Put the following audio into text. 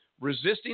resisting